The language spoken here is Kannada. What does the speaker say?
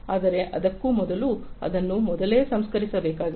ಆದರೆ ಅದಕ್ಕೂ ಮೊದಲು ಅದನ್ನು ಮೊದಲೇ ಸಂಸ್ಕರಿಸಬೇಕಾಗಿದೆ